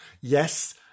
Yes